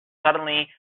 suddenly